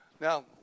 Now